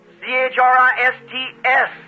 C-H-R-I-S-T-S